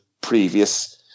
previous